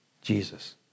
Jesus